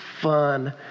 fun